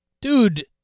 Dude